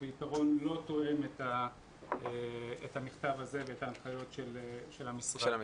בעיקרון לא תואם את המכתב הזה ואת ההנחיות של המשרד.